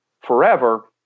forever